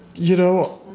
you know,